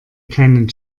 keinen